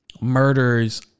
murders